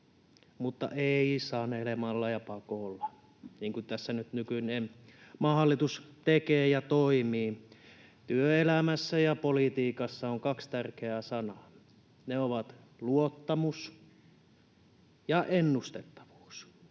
mutta ei sanelemalla ja pakolla, niin kuin tässä nyt nykyinen maan hallitus tekee ja toimii. Työelämässä ja politiikassa on kaksi tärkeää sanaa, ne ovat ”luottamus” ja ”ennustettavuus”.